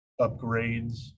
upgrades